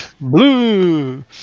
Blue